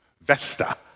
Vesta